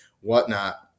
whatnot